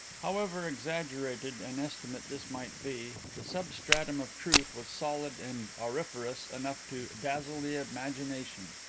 however exaggerated an estimate this might be, the substratum of truth was solid and auriferous enough to dazzle the imagination.